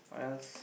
what else